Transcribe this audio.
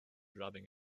rubbing